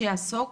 שיעסוק